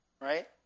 right